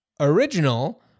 original